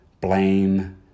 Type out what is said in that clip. blame